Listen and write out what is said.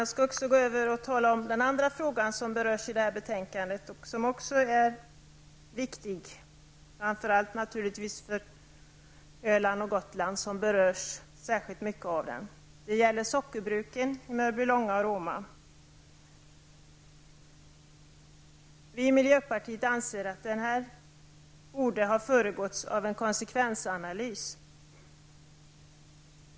Jag skall också ta upp den andra fråga som berörs i detta betänkande och som likaledes är viktig, naturligtvis framför allt för Öland och Gotland, som berörs särskilt mycket av den. Det gäller frågan om en nedläggning av sockerbruken i Vi i miljöpartiet anser att ett sådant ställningstagande borde ha föregåtts av en konsekvensanalys.